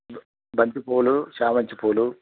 బంతిపూలు చేమంతి పూలు